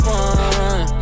one